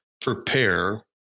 prepare